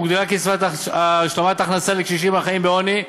הוגדלה קצבת השלמת הכנסה לקשישים החיים בעוני,